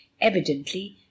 Evidently